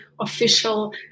official